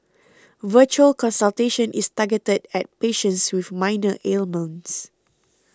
virtual consultation is targeted at patients with minor ailments